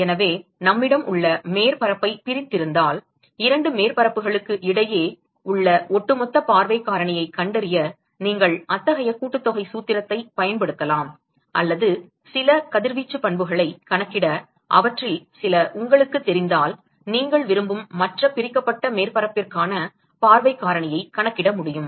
எனவே நம்மிடம் உள்ள மேற்பரப்பைப் பிரித்திருந்தால் இரண்டு மேற்பரப்புகளுக்கு இடையே உள்ள ஒட்டுமொத்த பார்வைக் காரணியைக் கண்டறிய நீங்கள் அத்தகைய கூட்டுத்தொகை சூத்திரத்தைப் பயன்படுத்தலாம் அல்லது சில கதிர்வீச்சு பண்புகளை கணக்கிட அவற்றில் சில உங்களுக்குத் தெரிந்தால் நீங்கள் விரும்பும் மற்ற பிரிக்கப்பட்ட மேற்பரப்பிற்கான பார்வை காரணியைக் கணக்கிட முடியும்